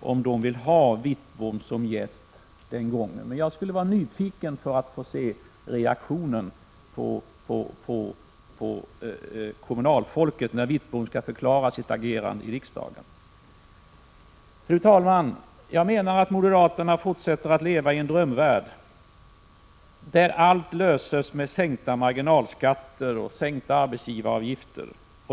om de vill ha honom som gäst den gången. Men jag är alltså nyfiken på reaktionen hos kommunalfolket när Bengt Wittbom skall förklara sitt agerande i riksdagen. Fru talman! Jag menar att moderaterna fortsätter att leva i en drömvärld, där allt löses med sänkta marginalskatter och sänkta arbetsgivaravgifter.